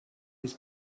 his